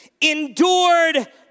endured